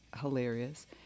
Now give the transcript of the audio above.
hilarious